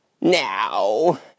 Now